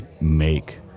make